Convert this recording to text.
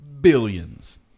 billions